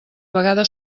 vegada